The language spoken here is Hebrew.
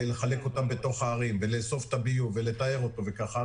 לחלק אותם בתוך הערים ולאסוף את הביוב ולטהר אותו זה כשמונה